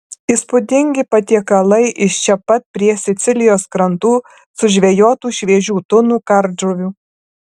įspūdingi patiekalai iš čia pat prie sicilijos krantų sužvejotų šviežių tunų kardžuvių